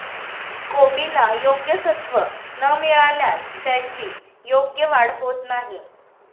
कोबीला योग्य सत्व न मिळाल्यास त्याची योग्य वाढ होत नाही